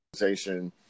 organization